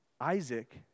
Isaac